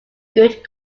good